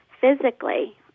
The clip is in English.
physically